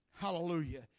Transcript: Hallelujah